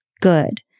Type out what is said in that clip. good